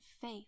faith